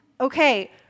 Okay